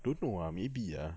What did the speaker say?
don't know ah maybe ah